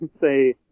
say